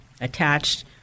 attached